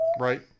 right